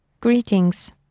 Greetings